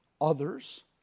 others